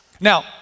Now